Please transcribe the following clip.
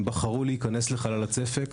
הם בחרו להיכנס לחלל הצפק,